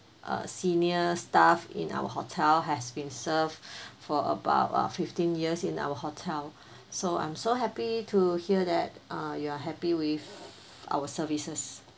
uh senior staff in our hotel has been served for about ah fifteen years in our hotel so I'm so happy to hear that uh you are happy with our services